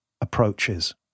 approaches